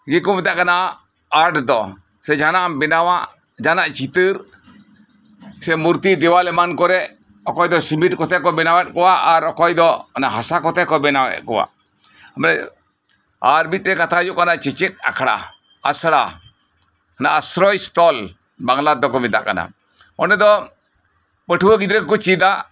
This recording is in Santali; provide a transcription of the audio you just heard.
ᱜᱮᱠᱚ ᱢᱮᱛᱟᱜ ᱠᱟᱱᱟ ᱟᱨᱴ ᱫᱚ ᱥᱮ ᱡᱟᱦᱟᱸᱱᱟᱜ ᱮᱢ ᱵᱮᱱᱟᱣᱟ ᱡᱟᱦᱟᱸᱱᱟᱜ ᱪᱤᱛᱟᱹᱨ ᱥᱮ ᱢᱩᱨᱛᱤ ᱫᱮᱣᱟᱞ ᱮᱢᱟᱱ ᱠᱚᱨᱮ ᱚᱠᱚᱭ ᱫᱚ ᱥᱤᱢᱮᱴ ᱠᱚᱛᱮ ᱠᱚ ᱵᱮᱱᱟᱣᱮᱫ ᱠᱚᱣᱟ ᱟᱨ ᱚᱠᱚᱭ ᱫᱚ ᱚᱱᱟ ᱦᱟᱥᱟ ᱠᱚᱛᱮ ᱠᱚ ᱵᱮᱱᱟᱣᱮᱜ ᱠᱚᱣᱟ ᱢᱮᱜ ᱟᱨ ᱢᱤᱜᱴᱮᱡ ᱠᱟᱛᱷᱟ ᱦᱩᱭᱩᱜ ᱠᱟᱱᱟ ᱪᱮᱪᱮᱫ ᱟᱠᱷᱲᱟ ᱟᱥᱲᱟ ᱚᱱᱮ ᱟᱥᱥᱨᱚᱭ ᱥᱛᱷᱚᱞ ᱵᱟᱝᱞᱟ ᱛᱮᱫᱚ ᱠᱚ ᱢᱮᱛᱟᱜ ᱠᱟᱱᱟ ᱚᱸᱰᱮ ᱫᱚ ᱯᱟᱹᱴᱷᱣᱟᱹ ᱜᱤᱫᱽᱨᱟᱹ ᱠᱚ ᱪᱮᱫᱟ